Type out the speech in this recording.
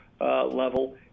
level